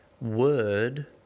Word